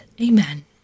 Amen